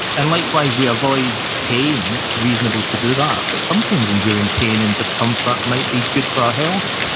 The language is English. and likewise, we avoid pain, it's reasonable to do that, but sometimes enduring pain and discomfort might be good for our health,